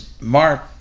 Mark